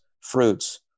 fruits